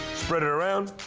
spread it around.